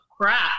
crap